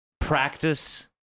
Practice